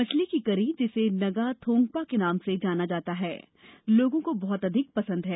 मछली की करी जिसे नगा थोंगबा के नाम से जाना जाता है लोगों को बहत अधिक पसंद हैं